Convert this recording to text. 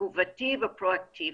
תגובתי ופרואקטיבי.